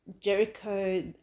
Jericho